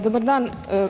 Dobar dan.